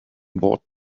bought